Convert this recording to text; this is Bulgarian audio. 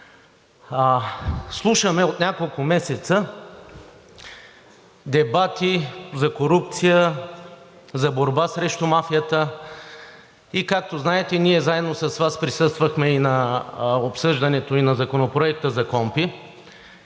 Слушаме от няколко месеца дебати за корупция, за борба срещу мафията. Както знаете, ние заедно с Вас присъствахме и на обсъждането и на Законопроекта за КПКОНПИ.